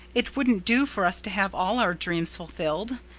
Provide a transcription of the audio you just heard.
it wouldn't do for us to have all our dreams fulfilled.